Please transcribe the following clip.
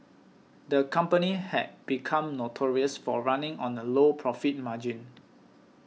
the company had become notorious for running on a low profit margin